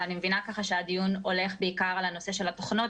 אבל אני מבינה שהדיון הולך בעיקר לנושא של התוכנות,